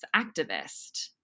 activist